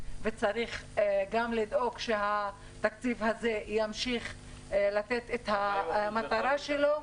וצריך גם לדאוג שהתקציב הזה ימשיך להגיע למטרה שלו.